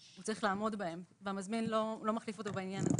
הוא צריך לעמוד בהם והמזמין לא מחליף אותו בעניין הזה.